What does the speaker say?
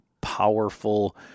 powerful